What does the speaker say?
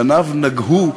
פניו נגהו,